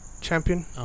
champion